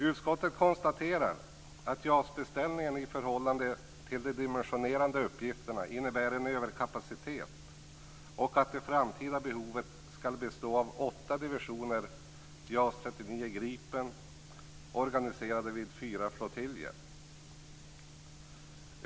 Utskottet konstaterar att JAS-beställningen i förhållande till de dimensionerande uppgifterna innebär en överkapacitet och att det framtida behovet ska bestå i åtta divisioner JAS 39 Gripen organiserade vid fyra flottiljer.